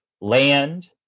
land